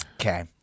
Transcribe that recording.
Okay